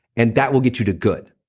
and that will get you to good,